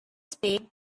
spade